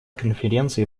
конференции